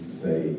say